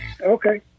Okay